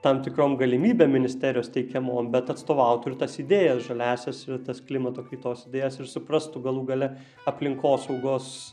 tam tikrom galimybėm ministerijos teikiamom bet atstovautų ir tas idėjas žaliąsias ir tas klimato kaitos idėjas ir suprastų galų gale aplinkosaugos